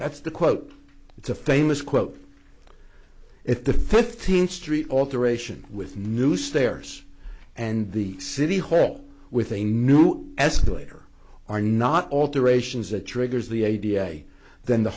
that's the quote it's a famous quote if the fifteenth street alteration with new stairs and the city hall with a new escalator are not alterations that triggers the a b a then the